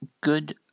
Good